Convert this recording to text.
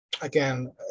again